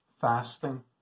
fasting